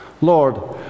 Lord